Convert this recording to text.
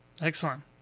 Excellent